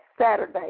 Saturday